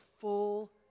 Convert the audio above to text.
full